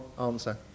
answer